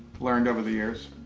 learned over the years.